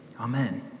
Amen